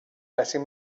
letting